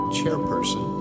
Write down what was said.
chairperson